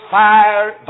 fire